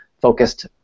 focused